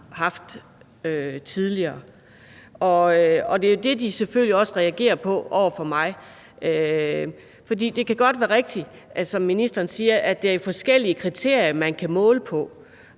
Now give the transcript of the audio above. haft tidligere. Og det er jo det, de selvfølgelig også reagerer på over for mig, for det kan godt være rigtigt, at der, som ministeren siger, er forskellige kriterier, man kan måle på,